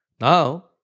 Now